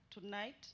tonight